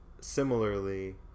similarly